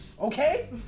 okay